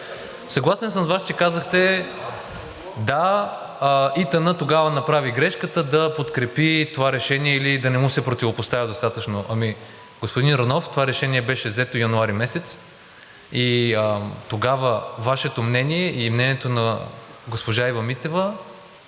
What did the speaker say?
Съгласен съм с Вас, че казахте да, а „Има такъв народ“ тогава направи грешката да подкрепи това решение или да не му се противопоставя достатъчно. Господин Йорданов, това решение беше взето месец януари и тогава Вашето мнение и мнението на госпожа Ива Митева